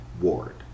Ward